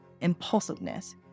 impulsiveness